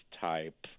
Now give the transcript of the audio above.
type